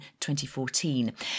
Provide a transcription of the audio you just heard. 2014